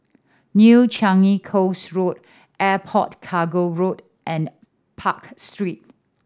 New Changi Coast Road Airport Cargo Road and Park Street